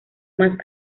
más